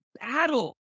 battle